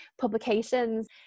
publications